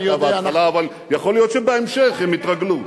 אבל יכול להיות שבהמשך הם יתרגלו.